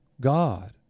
god